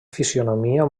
fisonomia